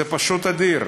זה פשוט אדיר: